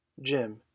Jim